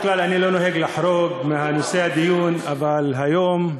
אני לא נוהג לחרוג מנושא הדיון, אבל היום,